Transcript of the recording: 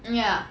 ya